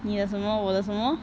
你的什么我的什么